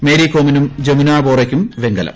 Mary കോമിനും ജമുനാ ബോറോയ്ക്കും വെങ്കലം